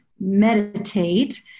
meditate